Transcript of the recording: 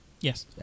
Yes